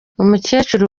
umukecuru